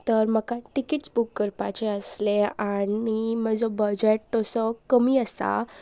तर म्हाका tickets book करपाचे आसले आनी म्हजो बजट तसो कमी आसा